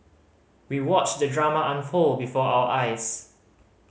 we watched the drama unfold before our eyes